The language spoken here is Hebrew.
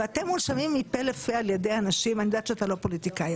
ואתם מונשמים מפה לפה על-ידי אנשים אני יודעת שאתה לא פוליטיקאי,